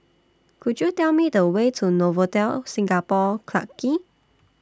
Could YOU Tell Me The Way to Novotel Singapore Clarke Quay